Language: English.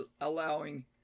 allowing